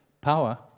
Power